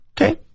Okay